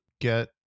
get